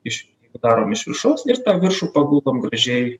iš darom iš viršaus ir tą viršų paguldom gražiai